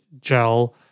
gel